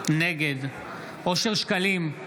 נגד אושר שקלים,